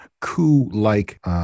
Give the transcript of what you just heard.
coup-like